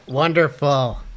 Wonderful